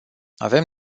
avem